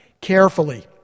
Carefully